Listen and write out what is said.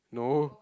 no